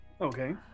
Okay